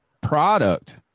product